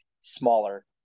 smaller